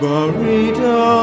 Burrito